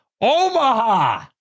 Omaha